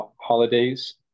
holidays